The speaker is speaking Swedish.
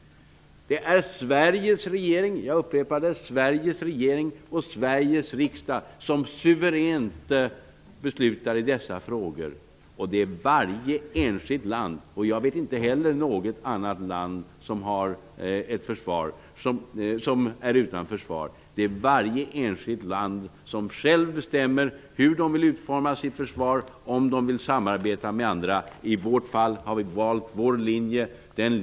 Det är Sveriges regering och Sveriges riksdag som suveränt beslutar i dessa frågor. Jag vet inte heller att det finns något annat land som är utan försvar. Det är varje enskilt land som självt bestämmer hur man vill utforma sitt försvar och om man vill samarbeta med andra. I vårt fall har vi valt vår linje.